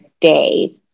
day